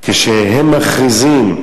כשהם מכריזים: